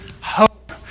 hope